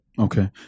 okay